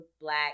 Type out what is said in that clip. black